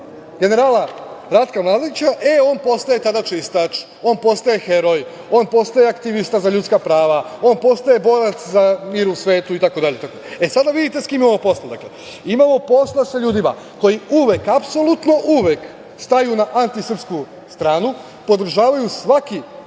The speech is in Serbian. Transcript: generala Ratka Mladića, e on tada postaje čistač, on postaje heroj, on postaje aktivista za ljudska prava, on postaje borac za mir u svetu itd. Sada vidite s kim imamo posla. Dakle, imamo posla sa ljudima koji uvek, apsolutno uvek, staju na antisrpsku stranu, podržavaju svaki